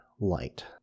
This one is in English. light